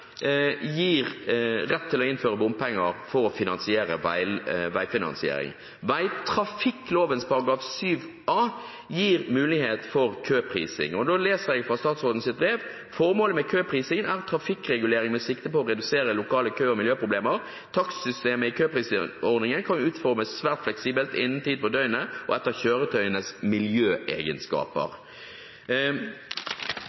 gir rett til å innføre bompenger for vegfinansiering. Vegtrafikkloven § 7a gir mulighet for køprising. Jeg leser fra statsrådens brev: «Formålet med køprising er trafikkregulering med sikte på å redusere lokale kø- og miljøproblemer. Takstsystemet i en køprisingsordning kan utformes svært fleksibelt innenfor tid på døgnet og etter kjøretøyenes miljøegenskaper.»